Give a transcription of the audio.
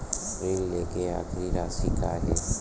ऋण लेके आखिरी राशि का हे?